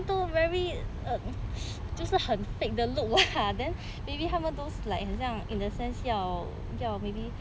们都 um 很 fake 的 look lah then maybe 他们 those like 很像 in a sense 要 maybe